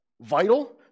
vital